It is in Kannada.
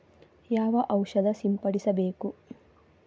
ಯಾವ ಔಷಧ ಸಿಂಪಡಿಸಬೇಕು?